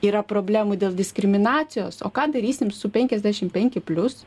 yra problemų dėl diskriminacijos o ką darysim su penkiasdešim penki plius